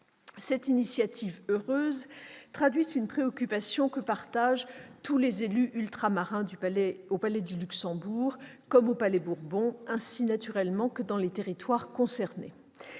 Cette initiative heureuse traduit une préoccupation que partagent tous les élus ultramarins, au palais du Luxembourg comme au palais Bourbon, ainsi naturellement que dans les territoires concernés.